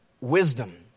Wisdom